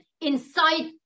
inside